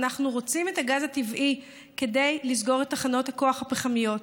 אנחנו רוצים את הגז הטבעי כדי לסגור את תחנות הכוח הפחמיות.